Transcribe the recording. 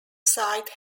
site